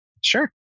Sure